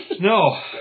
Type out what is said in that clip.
no